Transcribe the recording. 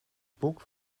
boek